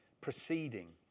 proceeding